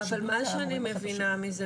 אבל מה שאני מבינה מזה,